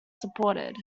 supported